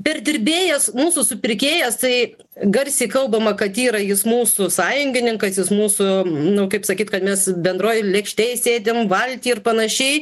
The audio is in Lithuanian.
perdirbėjas mūsų supirkėjas tai garsiai kalbama kad yra jis mūsų sąjungininkas jis mūsų nu kaip sakyt kad mes bendroj lėkštėj sėdim valty ir panašiai